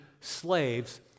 slaves